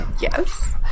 Yes